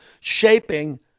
shaping